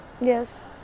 Yes